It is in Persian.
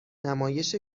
نمایش